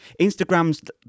Instagram's